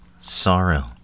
sorrow